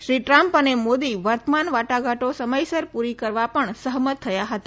Shri Trump અને મોદી વર્તમાન વાટાઘાટો સમયસર પુરી કરવા પણ સહમત થયા હતા